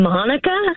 Monica